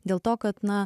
dėl to kad na